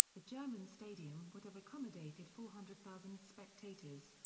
the german stadium would have accommodated four hundred thousand spectators,